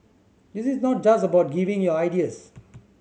this is not just about giving your ideas